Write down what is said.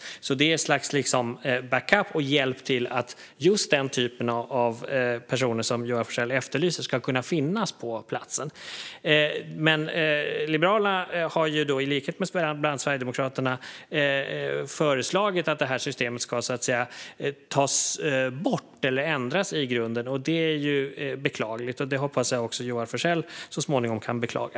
Det är ett slags backup och hjälp till att just den typ av personer som Joar Forssell efterlyser ska kunna finnas på platsen. Liberalerna har, i likhet med bland andra Sverigedemokraterna, föreslagit att systemet ska tas bort eller ändras i grunden. Detta är beklagligt, och det hoppas jag att också Joar Forssell så småningom kan beklaga.